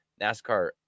NASCAR